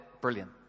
brilliant